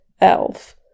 elf